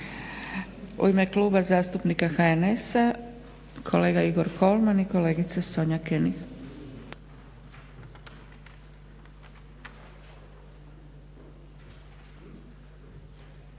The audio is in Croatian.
U ime zastupnika HNS-a Igor Kolman i kolegica Sonja König.